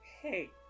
Hey